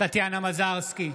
טטיאנה מזרסקי,